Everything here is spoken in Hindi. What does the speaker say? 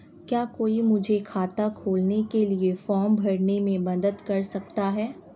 क्या कोई मुझे खाता खोलने के लिए फॉर्म भरने में मदद कर सकता है?